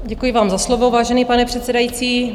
Děkuji vám za slovo, vážený pane předsedající.